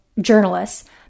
journalists